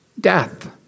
death